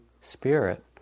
spirit